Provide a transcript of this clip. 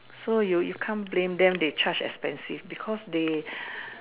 so you you can't blame them they charge expensive because they